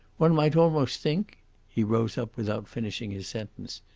one might almost think he rose up without finishing his sentence,